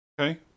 okay